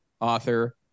author